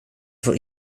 får